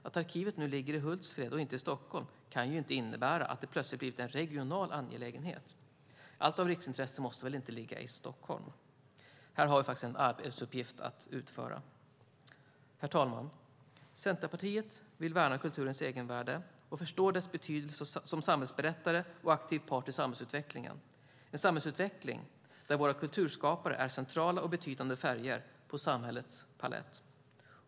Att arkivet nu ligger i Hultsfred och inte i Stockholm kan ju inte innebära att det plötsligt har blivit en regional angelägenhet. Allt av riksintresse måste väl inte ligga i Stockholm? Här har vi faktiskt en arbetsuppgift att utföra. Herr talman! Centerpartiet vill värna kulturens egenvärde och förstår dess betydelse som samhällsberättare och aktiv part i samhällsutvecklingen - en samhällsutveckling där våra kulturskapare är centrala och betydande färger på samhällets palett.